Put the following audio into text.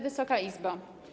Wysoka Izbo!